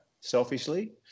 selfishly